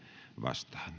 vastaan